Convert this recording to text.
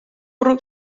bwrw